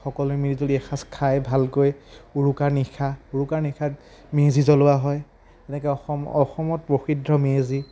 সকলোৱে মিলিজুলি এসাঁজ খাই ভালকৈ উৰুকাৰ নিশা উৰুকাৰ নিশাত মেজি জ্বলোৱা হয় এনেকৈ অসম অসমত প্ৰসিদ্ধ মেজি